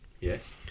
Yes